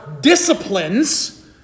disciplines